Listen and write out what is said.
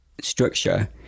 structure